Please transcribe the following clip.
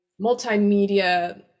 multimedia